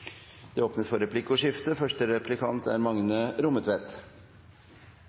Det åpnes for replikkordskifte.